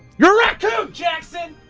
you're a raccoon, jackson!